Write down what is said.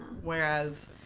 Whereas